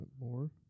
more